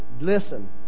Listen